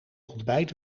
ontbijt